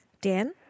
Dan